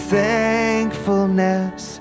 thankfulness